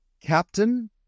Captain